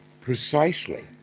Precisely